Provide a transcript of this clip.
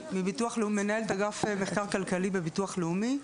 מנהלת אגף מחקר כלכלי בביטוח לאומי,